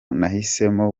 nahisemo